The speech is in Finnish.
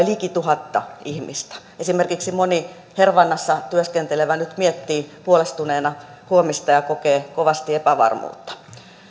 liki tuhatta ihmistä esimerkiksi moni hervannassa työskentelevä nyt miettii huolestuneena huomista ja kokee kovasti epävarmuutta